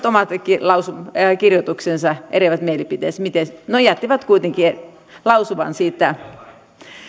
omat kirjoituksensa eriävät mielipiteensä no jättivät kuitenkin lausuman siitä